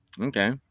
okay